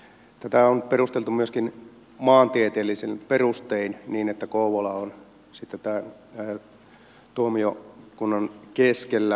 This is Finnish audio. tätä on perusteltu myöskin maantieteellisin perustein niin että kouvola on sitten tämän tuomiokunnan keskellä